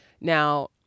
Now